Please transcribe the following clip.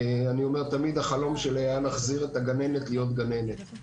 אני אומר שהחלום שלי היה להחזיר את הגננת להיות גננת.